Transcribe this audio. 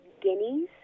guineas